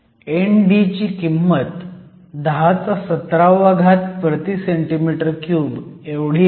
ND ची किंमत 1017 cm 3 आहे